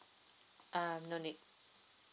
uh no need